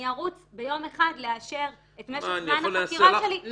אני ארוץ ביום אחד לאשר את משך זמן החקירה שלי,